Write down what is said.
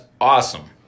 awesome